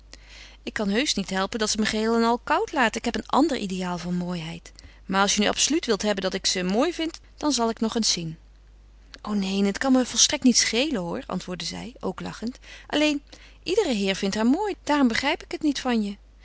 ik kan toch heusch niet helpen dat ze me geheel en al koud laat ik heb een ander ideaal van mooiheid maar als je nu absoluut wilt hebben dat ik ze mooi vind dan zal ik nog eens zien o neen het kan me volstrekt niet schelen hoor antwoordde zij ook lachend alleen iedere heer vindt haar mooi daarom begrijp ik het niet van je